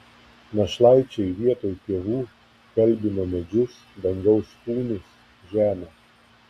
našlaičiai vietoj tėvų kalbino medžius dangaus kūnus žemę